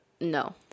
no